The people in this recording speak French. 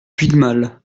puigmal